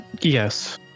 Yes